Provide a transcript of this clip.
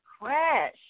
crash